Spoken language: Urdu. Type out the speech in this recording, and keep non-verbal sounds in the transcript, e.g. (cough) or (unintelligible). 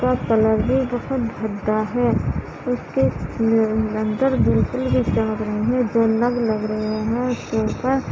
اس کا کلر بھی بہت بھدا ہے اس کے لئے اندر بالکل بھی (unintelligible) جو نگ لگ رہے ہیں